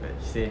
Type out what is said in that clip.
like she say